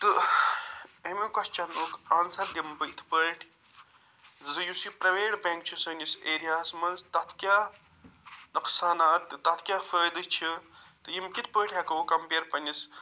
تہٕ اَمہِ کوسچٮ۪نُک آنٛسر دِمہٕ بہٕ یِتھٕ پٲٹھۍ زِ یُس یہِ پرٛایویٹ بینٛک چھُ سٲنِس ایٚرِیاہس منٛز تتھ کیٛاہ نۄقصانات تہٕ تتھ کیٛاہ فٲیدٕ چھِ تہٕ یِم کِتھٕ پٲٹھۍ ہٮ۪کو کمپیر پنٕنِس